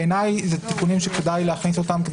בעיניי אלה תיקונים שכדאי להכניס אותם.